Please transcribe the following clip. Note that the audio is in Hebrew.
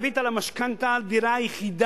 הכרה בריבית על המשכנתה על דירה יחידה